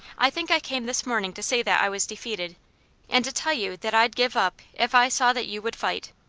i think i came this morning to say that i was defeated and to tell you that i'd give up if i saw that you would fight.